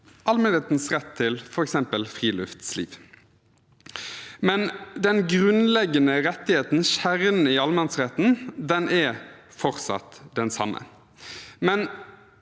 allmennhetens rett til f.eks. friluftsliv. Den grunnleggende rettigheten, kjernen i allemannsretten, er fortsatt den samme. Men